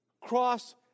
cross